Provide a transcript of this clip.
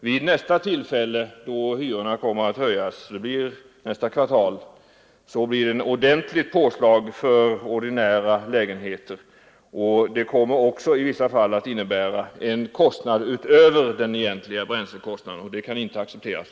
Vid nästa tillfälle då hyrorna kommer att höjas — det blir följande kvartal — sker det ett ordentligt påslag för ordinära lägenheter. Det kommer också i vissa fall att innebära en kostnad utöver den egentliga bränslekostnaden, och det kan inte accepteras.